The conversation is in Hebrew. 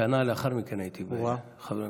ושנה לאחר מכן הייתי חבר ממשלה.